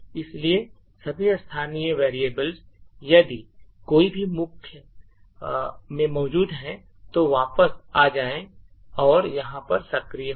इसलिए सभी स्थानीय वेरिएबल यदि कोई भी मुख्य में मौजूद हैं तो वापस आ जाएगा और यहाँ पर सक्रिय होगा